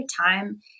time